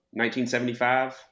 1975